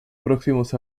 próximos